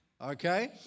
Okay